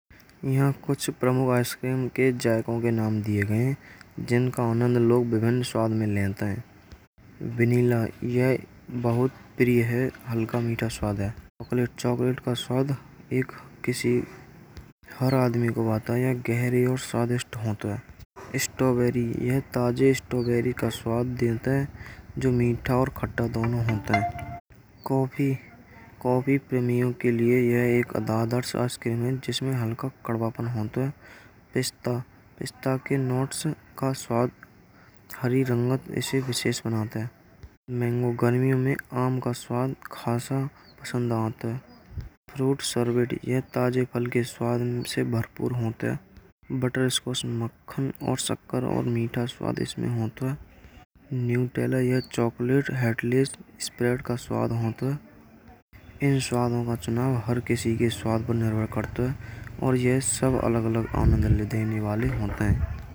यहाँ कुछ प्रमुख आइसक्रीम के जाओं के नाम दिए गए हैं जिनका, आनंद लो विभिन्न स्वाद में नेता है, वनीला। यह बहुत प्रिय है हल्का मीठा स्वाद है चॉकलेट का स्वाद एक किसी हर आदमी को आता है। यह गहरी और स्वादिष्ट होता है स्ट्रॉबेरी। यह ताज़े स्ट्रॉबेरी का स्वाद है जो मीठा और खट्टा दोनों मिलता है। कॉफ़ी कमिट प्रेमियों के लिए यह एक आदर्श जिसमें हल्का कंपकंपी होता है। पिस्ता के नोट्स का स्वाद हरी रंगत ऐसे विशेष बनाते हैं। मैंगो गर्मियों में आम का स्वाद खासा पसंद आता है। नई चॉकलेट हेडलिस्ट स्प्रेड का स्वाद होता है चुनाव। हर किसी के साथ बंद करते हैं और ये सब अलग अलग आनंद देने वाले होते हैं।